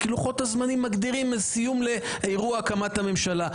כי לוחות הזמנים מגדירים סיום לאירוע הקמת הממשלה.